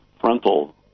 frontal